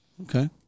Okay